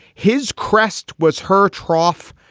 his crest was her trough.